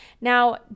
Now